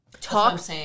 talk